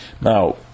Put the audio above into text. Now